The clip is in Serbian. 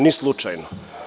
Ni slučajno.